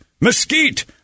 mesquite